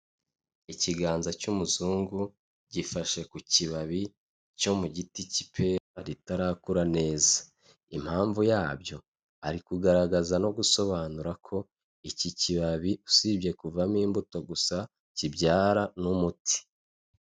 Ikiganza cy'umuzungu gifashe ku kibabi cyo mu giti cy'ipera ritarakura neza impamvu yabyo ari kugaragaza no gusobanura ko iki kibabi usibye kuvamo imbuto gusa kibyara n'umuti.